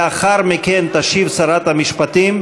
לאחר מכן תשיב שרת המשפטים.